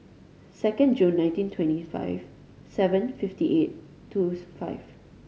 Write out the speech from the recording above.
second July nineteen twenty five seven fifty eight two five